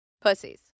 Pussies